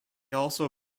also